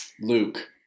Luke